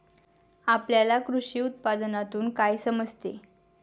आपल्याला कृषी उत्पादनातून काय समजते?